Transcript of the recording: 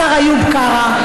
השר איוב קרא,